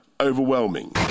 overwhelming